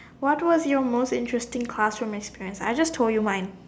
what was your most interesting classroom experience I just told you mine